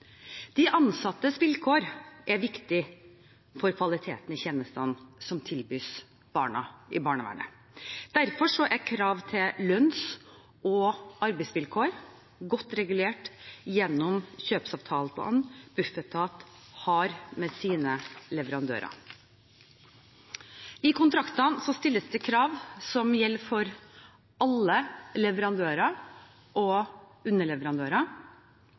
De ansattes vilkår er viktig for kvaliteten i tjenestene som tilbys barna i barnevernet. Derfor er krav til lønns- og arbeidsvilkår godt regulert gjennom kjøpsavtalene Bufetat har med sine leverandører. I kontraktene stilles det krav som gjelder for alle leverandører og underleverandører.